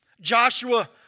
Joshua